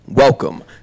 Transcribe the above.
Welcome